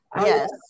yes